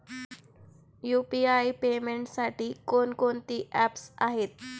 UPI पेमेंटसाठी कोणकोणती apps आहेत?